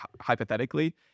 hypothetically